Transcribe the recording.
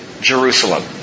Jerusalem